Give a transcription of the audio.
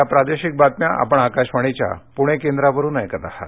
या प्रादेशिक बातम्या आपण आकाशवाणीच्या पुणे केंद्रावरुन ऐकत आहात